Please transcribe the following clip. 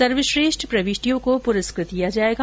सर्वश्रेष्ठ प्रविष्टियों को प्रस्कृत किया जाएगा